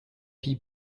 pis